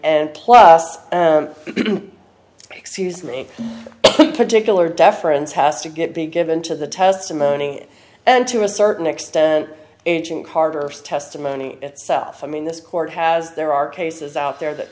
and plus excuse me particular deference has to get be given to the testimony and to a certain extent agent carvers testimony itself i mean this court has there are cases out there that